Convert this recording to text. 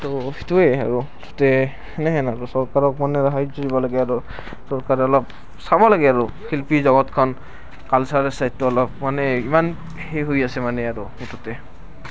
তো সেইটোৱেই আৰু মুঠতে সেনেহেন আৰু চৰকাৰৰ মানে সাহাৰ্য্য দিব লাগে আৰু চৰকাৰে অলপ চাব লাগে আৰু শিল্পী জগতখন কালচাৰেল ছাইডটো অলপ মানে ইমান সেই হৈ আছে মানে আৰু মুঠতে